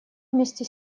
вместе